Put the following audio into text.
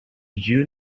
you